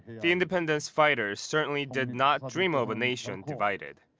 the independence fighters certainly did not dream of a nation divided.